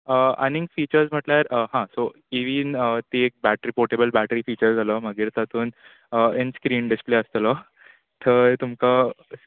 आनी फिचर्ज म्हणल्यार हां सो इ वीन ती एक बॅट्री पोटेबल बॅट्री फिचर जालो मागीर तातून ईन स्क्रीन डिस्प्ले आसतलो थंय तुमकां